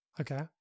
Okay